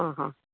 आ हा